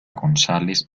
gonzález